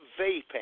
Vaping